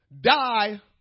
die